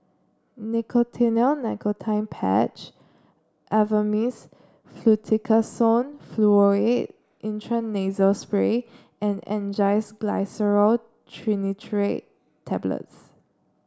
Nicotinell Nicotine Patch Avamys Fluticasone Furoate Intranasal Spray and Angised Glyceryl Trinitrate Tablets